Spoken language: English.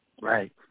Right